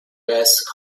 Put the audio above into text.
has